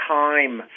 time